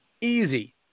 Easy